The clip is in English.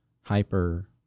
Hyper